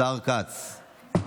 השר כץ?